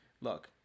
Look